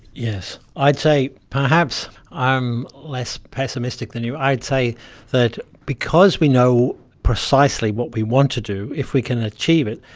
yes, i'd say perhaps i'm less pessimistic than you, i'd say that because we know precisely what we want to do, if we can achieve it,